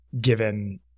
given